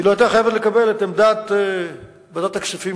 היא לא היתה חייבת לקבל את עמדת ועדת הכספים,